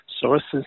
sources